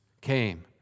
came